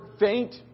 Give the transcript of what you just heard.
faint